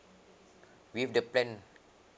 with the plan